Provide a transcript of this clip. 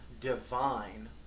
divine